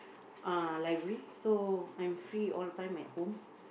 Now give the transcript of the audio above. uh library so I'm free all the time at home